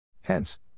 Hence